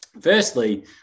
firstly